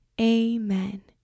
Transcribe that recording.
Amen